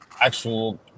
actual